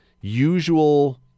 usual